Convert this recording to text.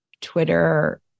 Twitter